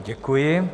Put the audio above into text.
Děkuji.